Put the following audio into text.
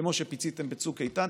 כמו שפיציתם בצוק איתן,